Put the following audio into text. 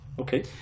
Okay